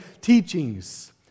teachings